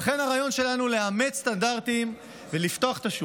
לכן הרעיון שלנו הוא לאמץ את הסטנדרטים ולפתוח את השוק.